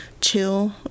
chill